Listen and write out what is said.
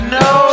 no